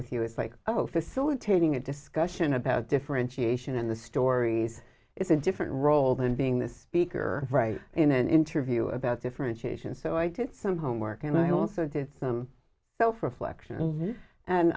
with you it's like oh facilitating a discussion about differentiation in the stories is a different role than being this week or right in an interview about differentiation so i did some homework and i also did so for flexion and